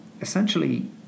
essentially